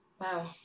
Wow